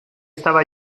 estaba